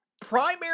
primary